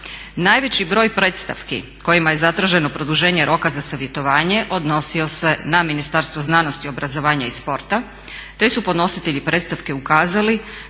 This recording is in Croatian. Najveći broj predstavki kojima je zatraženo produženje roka za savjetovanje odnosio se na Ministarstvo znanosti, obrazovanja i sporta te su podnositelji predstavke ukazali